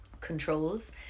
controls